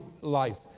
life